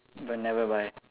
but never buy